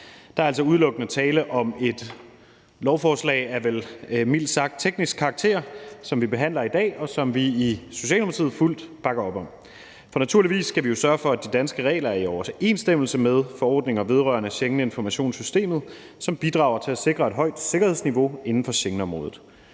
Der er altså udelukkende tale om et lovforslag af vel mildt sagt teknisk karakter, som vi behandler i dag, og som vi i Socialdemokratiet fuldt bakker op om. For naturligvis skal vi jo sørge for, at de danske regler er i overensstemmelse med forordninger vedrørende Schengeninformationssystemet, som bidrager til at sikre et højt sikkerhedsniveau inden for Schengenområdet.